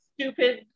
Stupid